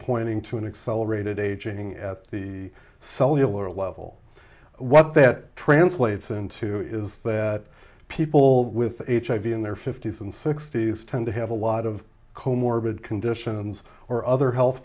pointing to an accelerated aging at the cellular level what that translates into is that people with hiv in their fifty's and sixty's tend to have a lot of co morbid conditions or other health